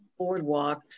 boardwalks